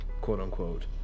quote-unquote